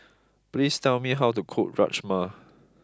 please tell me how to cook Rajma